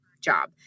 job